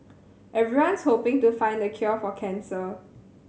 everyone's hoping to find the cure for cancer